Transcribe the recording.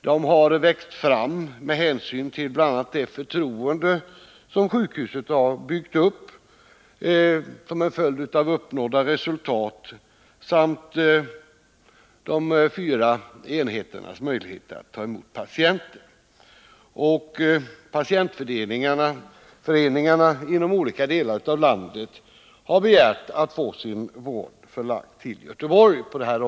De har växt fram tack vare bl.a. det förtroende som sjukhusen har kunnat bygga upp som en följd av uppnådda resultat samt de fyra enheternas möjligheter att ta emot patienter. Patientföreningarna inom olika delar av landet har begärt att få sin vård på detta område förlagd till.